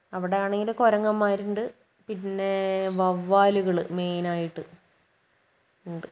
അവിടെയാണെങ്കിൽ കുരങ്ങന്മാരുണ്ട് പിന്നെ വവ്വാലുകൾ മെയിനായിട്ട് ഉണ്ട്